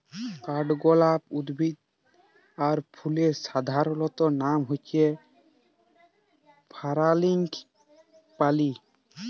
কাঠগলাপ উদ্ভিদ আর ফুলের সাধারণলনাম হচ্যে ফারাঙ্গিপালি